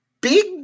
big